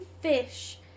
fish